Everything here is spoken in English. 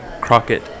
Crockett